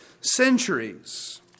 centuries